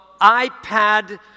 iPad